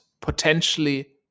potentially